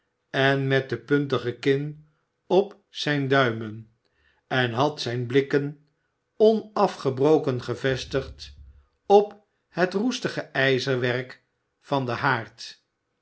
en met de puntige kin op zijne duimen en had zijne blikken onafgebroken gevestigd op het roestige ijzerwerk van den haard